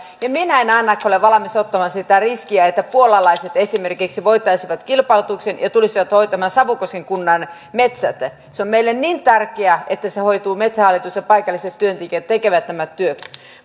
ja minä en ainakaan ole valmis ottamaan sitä riskiä että puolalaiset esimerkiksi voittaisivat kilpailutuksen ja tulisivat hoitamaan savukosken kunnan metsät se on meille niin tärkeää että sen hoitaa metsähallitus ja paikalliset työntekijät tekevät nämä työt